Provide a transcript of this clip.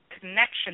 connection